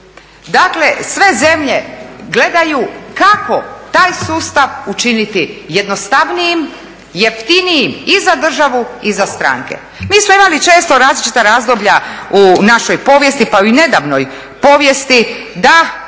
Dakle, sve zemlje gledaju kako taj sustav učiniti jednostavnijim, jeftinijim i za državu i za stranke. Mi smo imali često različita razdoblja u našoj povijesti pa i u nedavnoj povijesti, da